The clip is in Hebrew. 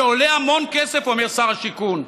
זה עולה המון כסף, אומר שר השיכון.